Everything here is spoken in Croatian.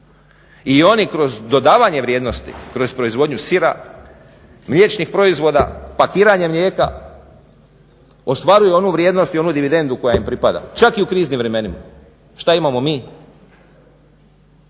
i oni kroz dodavanje vrijednosti, kroz proizvodnju sira, mliječnih proizvoda, pakiranje mlijeka ostvaruju onu vrijednost i onu dividendu koja ima pripada, čak i u kriznim vremenima. Šta imamo mi?